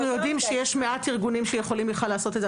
אבל אנחנו יודעים שיש מעט ארגונים שיכולים בכלל לעשות את זה.